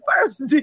first